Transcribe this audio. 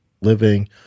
living